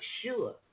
sure